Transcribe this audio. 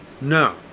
No